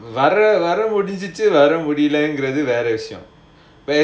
வர முடிஞ்சிச்சி வர முடியளங்கிறது வேற விஷயம்:vara mudichichi vera mudiyalangurathu vera vishayam